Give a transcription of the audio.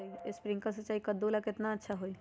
Sprinkler सिंचाई कददु ला केतना अच्छा होई?